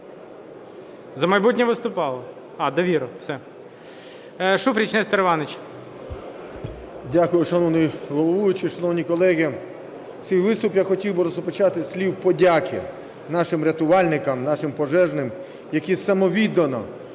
Шановні колеги, свій виступ я хотів би розпочати зі слів подяки нашим рятувальникам, нашим пожежним, які самовіддано,